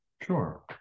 Sure